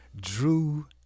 Drew